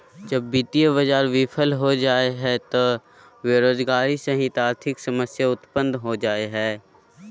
जब वित्तीय बाज़ार बिफल हो जा हइ त बेरोजगारी सहित आर्थिक समस्या उतपन्न हो जा हइ